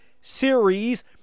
series